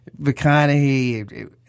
McConaughey